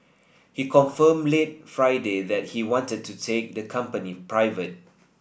he confirmed late Friday that he wanted to take the company private